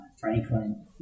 Franklin